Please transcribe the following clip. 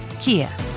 Kia